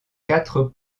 quatre